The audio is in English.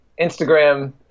Instagram